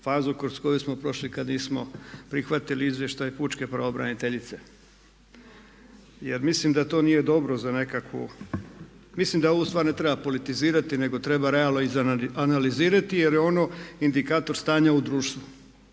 fazu kroz koju smo prošli kad nismo prihvatili izvještaj pučke pravobraniteljice jer mislim da to nije dobro za nekakvu, mislim da ovu stvar ne treba politizirati nego treba realno izanalizirati jer je ono indikator stanja u društvu.